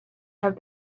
have